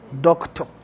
doctor